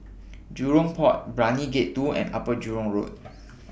Jurong Port Brani Gate two and Upper Jurong Road